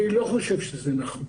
אני לא חושב שזה נכון,